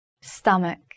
stomach